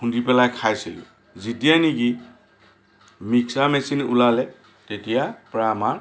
খুন্দি পেলাই খাইছিলোঁ যেতিয়াই নেকি মিক্সাৰ মেচিন ওলালে তেতিয়াৰপৰাই আমাৰ